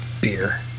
beer